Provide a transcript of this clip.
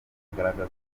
agaragaza